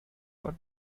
but